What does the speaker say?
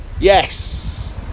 yes